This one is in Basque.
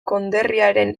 konderriaren